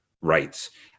rights